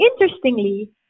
interestingly